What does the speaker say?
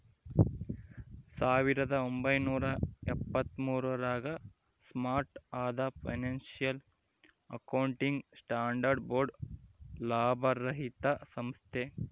ಸಾವಿರದ ಒಂಬೈನೂರ ಎಪ್ಪತ್ತ್ಮೂರು ರಾಗ ಸ್ಟಾರ್ಟ್ ಆದ ಫೈನಾನ್ಸಿಯಲ್ ಅಕೌಂಟಿಂಗ್ ಸ್ಟ್ಯಾಂಡರ್ಡ್ಸ್ ಬೋರ್ಡ್ ಲಾಭರಹಿತ ಸಂಸ್ಥೆ